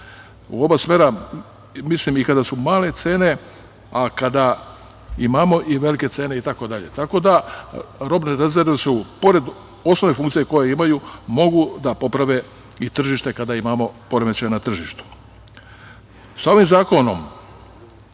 u oba smera, i kada su male cene, a i kada imamo i velike cene itd. tako da robne rezerve, pored osnovne funkcije koje imaju, mogu da poprave i tržište kada imamo poremećaje na tržištu. Sa ovim zakonom